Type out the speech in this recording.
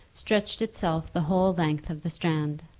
stretched itself the whole length of the strand.